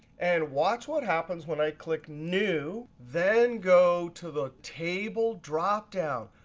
and watch what happens when i click new then go to the table dropdown.